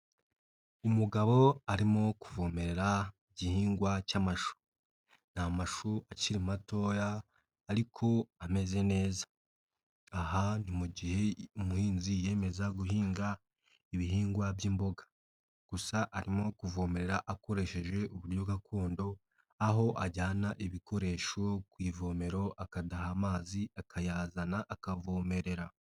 Umugabo arimo kuvomere igihingwa cy'amashu, ni amashu akiri matoya ariko ameze neza, aha ni mu gihe umuhinzi yiyemeza guhinga ibihingwa by'imboga gusa arimo kuvomerera akoresheje uburyo gakondo aho ajyana ibikoresho ku ivomero akadaha amazi akayazana akavomerera.